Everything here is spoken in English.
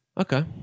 Okay